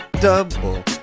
double